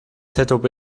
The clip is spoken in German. zob